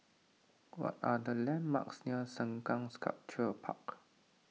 what are the landmarks near Sengkang Sculpture Park